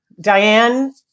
Diane